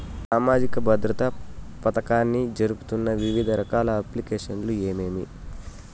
సామాజిక భద్రత పథకాన్ని జరుపుతున్న వివిధ రకాల అప్లికేషన్లు ఏమేమి?